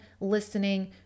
listening